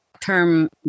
term